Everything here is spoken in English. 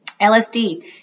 LSD